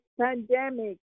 pandemic